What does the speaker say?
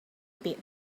pit